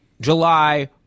July